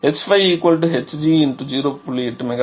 பின்னர் நாம் h5hg0